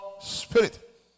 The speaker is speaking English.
spirit